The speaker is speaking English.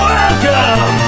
Welcome